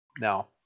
Now